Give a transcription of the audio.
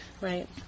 Right